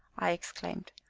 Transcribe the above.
i exclaimed.